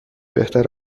بهتر